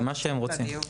למה שהם רוצים.